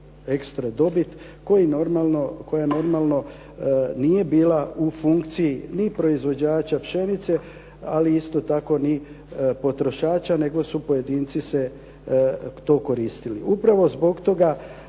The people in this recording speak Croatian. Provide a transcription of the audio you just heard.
ekstra dobit koja normalno nije bila u funkciji ni proizvođača pšenice, ali isto tako ni potrošača nego su pojedinci to koristili. Upravo zbog toga